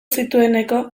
zitueneko